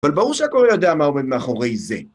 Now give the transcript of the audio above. אבל ברור שהכול יודע מה עומד מאחורי זה.